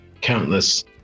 countless